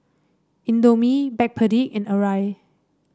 Indomie Backpedic and Arai